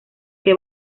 que